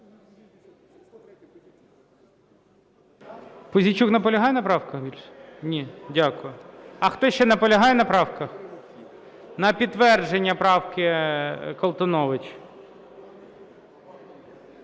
Пузійчук наполягає на правках ще? Ні. Дякую. А хто ще наполягає на правках? На підтвердження правки, Колтунович.